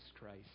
Christ